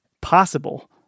possible